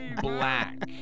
black